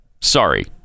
Sorry